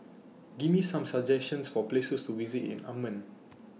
Give Me Some suggestions For Places to visit in Amman